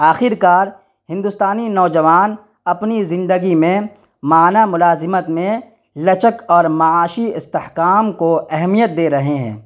آخرکار ہندوستانی نوجوان اپنی زندگی میں ماہانہ ملازمت میں لچک اور معاشی استحکام کو اہمیت دے رہے ہیں